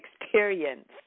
experience